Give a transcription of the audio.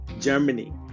Germany